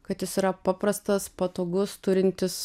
kad jis yra paprastas patogus turintis